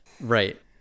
right